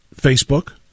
Facebook